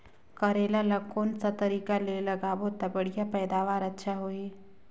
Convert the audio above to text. करेला ला कोन सा तरीका ले लगाबो ता बढ़िया पैदावार अच्छा होही?